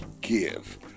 give